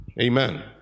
Amen